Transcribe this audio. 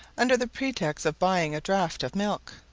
under the pretext of buying a draught of milk.